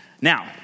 Now